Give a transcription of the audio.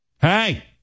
hey